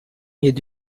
yedi